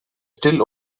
still